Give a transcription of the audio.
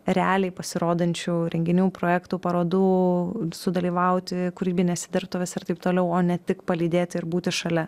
realiai pasirodančių renginių projektų parodų sudalyvauti kūrybinėse dirbtuvėse ir taip toliau o ne tik palydėti ir būti šalia